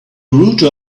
router